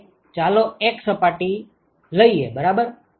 તો ચાલો 1 સપાટી લઈએ બરાબર